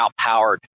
outpowered